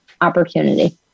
opportunity